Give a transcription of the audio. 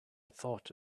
thought